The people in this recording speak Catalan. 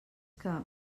que